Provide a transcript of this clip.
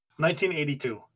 1982